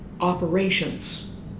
operations